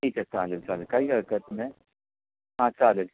ठीक आहे चालेल चालेल काही हरकत नाही हां चालेल